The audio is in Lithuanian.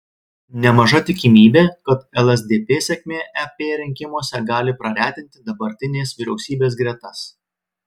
nemaža tikimybė kad lsdp sėkmė ep rinkimuose gali praretinti dabartinės vyriausybės gretas